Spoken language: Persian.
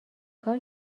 کار